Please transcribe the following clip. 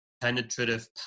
penetrative